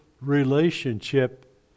relationship